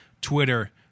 Twitter